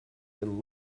been